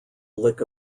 lick